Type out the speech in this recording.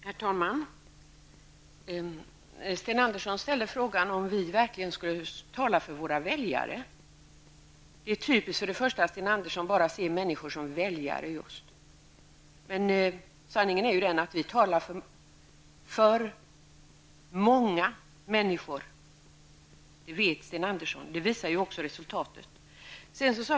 Herr talman! Sten Andersson i Malmö ställde frågan om vi verkligen talar för våra väljare. Det är typiskt att Sten Andersson bara ser människor som väljare. Sanningen är den att vi talar för många människor. Det vet Sten Andersson. Det visar också resultatet.